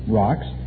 rocks